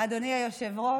אדוני היושב-ראש,